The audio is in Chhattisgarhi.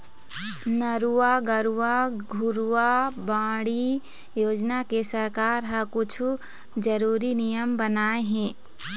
नरूवा, गरूवा, घुरूवा, बाड़ी योजना के सरकार ह कुछु जरुरी नियम बनाए हे